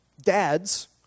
dads